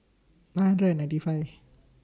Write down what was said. nine hundred and ninety five